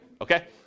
Okay